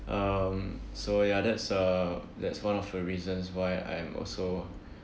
um so ya that's uh that's one of the reasons why I'm also